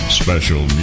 special